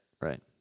right